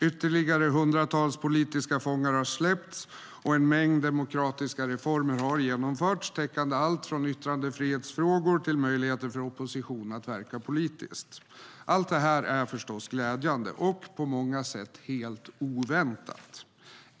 Ytterligare hundratals politiska fångar har släppts, och en mängd demokratiska reformer har genomförts, täckande allt från yttrandefrihetsfrågor till möjligheter för oppositionen att verka politiskt. Allt det här är förstås glädjande och på många sätt helt oväntat.